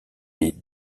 des